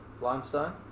limestone